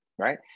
Right